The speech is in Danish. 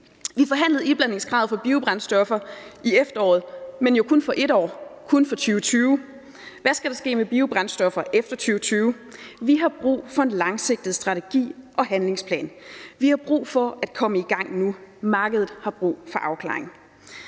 Vi forhandlede iblandingskravet for biobrændstoffer i efteråret, men jo kun for et år – kun for 2020. Hvad skal der ske med biobrændstoffer efter 2020? Vi har brug for en langsigtet strategi og handlingsplan. Vi har brug for at komme i gang nu. Markedet har brug for afklaring.